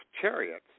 chariots